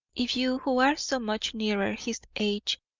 if you who are so much nearer his age,